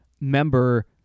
member